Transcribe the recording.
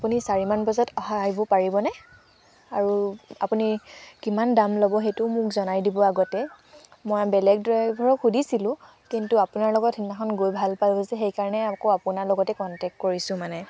আপুনি চাৰিমান বজাত অহা আহিব পাৰিবনে আৰু আপুনি কিমান দাম ল'ব সেইটো মোক জনাই দিব আগতে মই বেলেগ ড্ৰাইভৰক সুধিছিলোঁ কিন্তু আপোনালোকৰ লগত সিদিনাখন গৈ ভাল পালোঁ যে সেইকাৰণে আকৌ আপোনাৰ লগতে কণ্টেক্ট কৰিছোঁ মানে